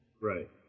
right